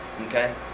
Okay